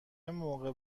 موقع